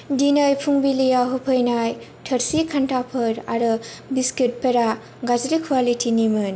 दिनै फुंबिलियाव होफैनाय थोरसि खान्थाफोर आरो बिस्कुटफोरा गाज्रि क्वालिटिनिमोन